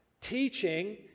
teaching